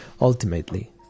Ultimately